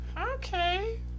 okay